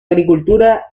agricultura